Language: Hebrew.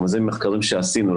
זה ממחקרים שעשינו.